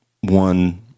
one